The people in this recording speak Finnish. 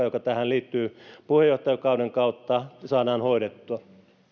joka tähän liittyy puheenjohtajakauden kautta saadaan hoidettua